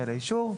אלא אישור.